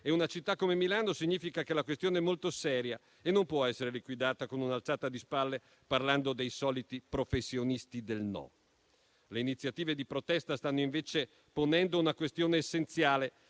e una città come Milano, significa che la questione è molto seria e non può essere liquidata con un'alzata di spalle, parlando dei soliti professionisti del no. Le iniziative di protesta stanno invece ponendo una questione essenziale,